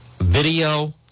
video